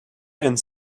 and